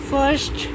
First